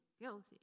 guilty